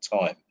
time